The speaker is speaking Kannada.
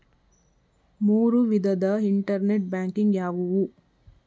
ಮೂರು ವಿಧದ ಇಂಟರ್ನೆಟ್ ಬ್ಯಾಂಕಿಂಗ್ ಯಾವುವು?